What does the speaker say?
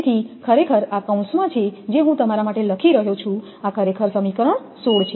તેથી ખરેખર આ કૌંસમાં છે જે હું તમારા માટે લખી રહ્યો છું આ ખરેખર સમીકરણ 16 છે